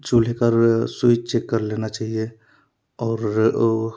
चूल्हे का रोज स्विच चेक कर लेना चाहिए और वो